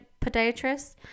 podiatrist